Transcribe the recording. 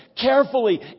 carefully